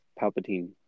Palpatine